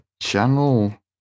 channel